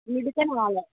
ഇവിടത്തെ നാല്